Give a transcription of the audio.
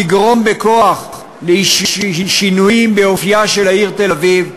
לגרום בכוח לשינויים באופייה של העיר תל-אביב,